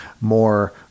more